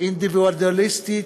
אינדיבידואליסטית,